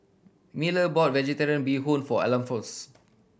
Miller bought Vegetarian Bee Hoon for Alphons